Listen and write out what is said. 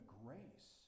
grace